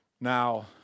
Now